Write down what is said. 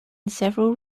several